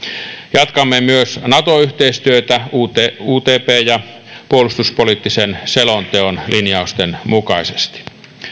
jatkamme myös nato yhteistyötä utp ja puolustuspoliittisen selonteon linjausten mukaisesti